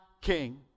king